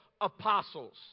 apostles